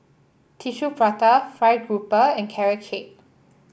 Tissue Prata fried grouper and Carrot Cake